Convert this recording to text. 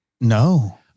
No